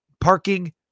parking